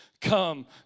Come